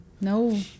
No